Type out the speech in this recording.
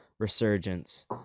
resurgence